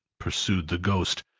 pursued the ghost,